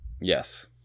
Yes